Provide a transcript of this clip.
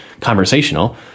conversational